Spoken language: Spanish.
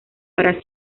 para